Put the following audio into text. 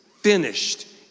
finished